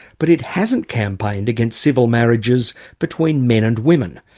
but it hasn't campaigned against civil marriages between men and women?